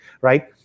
right